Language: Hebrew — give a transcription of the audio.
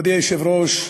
מכובדי היושב-ראש,